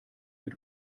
mit